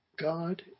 God